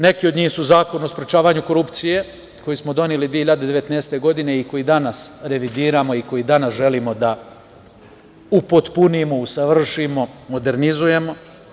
Neki od njih su Zakon o sprečavanju korupcije koji smo doneli 2019. godine i koji danas revidiramo i koji danas želimo da upotpunimo, usavršimo, modernizujemo.